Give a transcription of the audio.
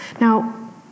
Now